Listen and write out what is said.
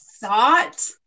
thought